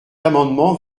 amendement